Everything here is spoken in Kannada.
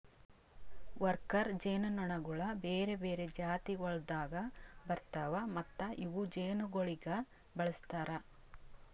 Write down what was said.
ವರ್ಕರ್ ಜೇನುನೊಣಗೊಳ್ ಬೇರೆ ಬೇರೆ ಜಾತಿಗೊಳ್ದಾಗ್ ಬರ್ತಾವ್ ಮತ್ತ ಇವು ಜೇನುಗೊಳಿಗ್ ಬಳಸ್ತಾರ್